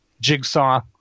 Jigsaw